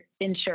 ensure